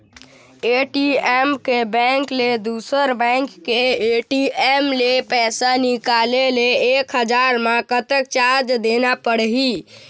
ATM के bank ले दुसर बैंक के ए.टी.एम ले पैसा निकाले ले एक हजार मा कतक चार्ज देना पड़ही?